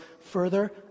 further